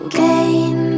gain